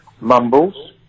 mumbles